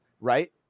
right